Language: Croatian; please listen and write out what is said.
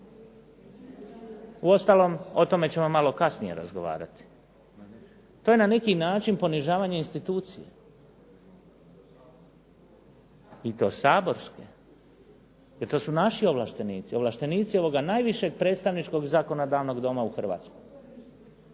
Uostalom, o tome ćemo malo kasnije razgovarati. To je na neki način ponižavanje institucije i to saborske jer to su naši ovlaštenici, ovlaštenici ovoga najvišeg predstavničkog zakonodavnog Doma u Hrvatskoj.